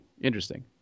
interesting